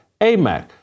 AMAC